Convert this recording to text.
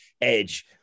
Edge